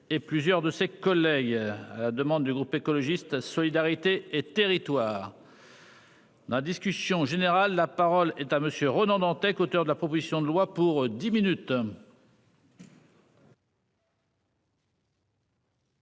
et plusieurs de ses collègues. Demande du groupe écologiste solidarité et territoires. La discussion générale. La parole est à monsieur Ronan Dantec, auteur de la proposition de loi pour 10 minutes.